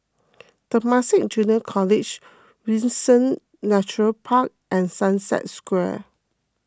Temasek Junior College Windsor Nature Park and Sunset Square